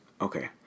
Okay